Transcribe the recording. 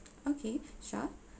okay sure